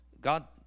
God